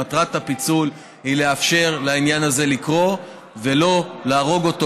מטרת הפיצול היא לאפשר לעניין הזה לקרות ולא להרוג אותו,